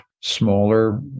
smaller